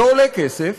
זה עולה כסף.